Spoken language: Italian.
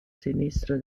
sinistro